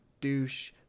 douche